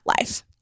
life